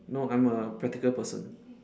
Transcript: no I'm a practical person